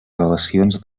relacions